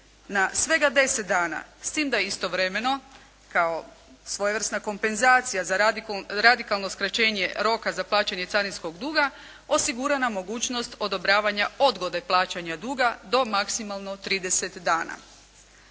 na svega 10 dana, s tim da istovremeno kao svojevrsna kompenzacija za radikalno skraćenje roka za plaćanje carinskog duga, osigurana mogućnost odobravanja odgode plaćanja duga do maksimalno 30 dana.